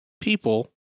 people